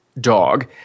dog